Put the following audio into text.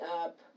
up